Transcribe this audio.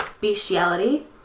bestiality